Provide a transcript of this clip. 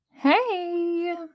hey